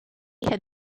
had